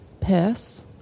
Piss